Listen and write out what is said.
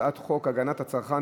הצעת חוק השידור הציבורי (תיקון,